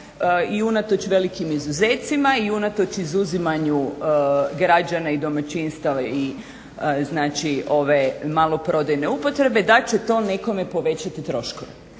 i unatoč velikim izuzecima i unatoč izuzimanju građana i domaćinstava i ove maloprodajne upotrebe da će to nekome povećati troškove.